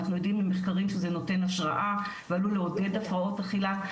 אנחנו יודעים ממחקרים שזה נותן השראה ועלול לעודד הפרעות אכילה.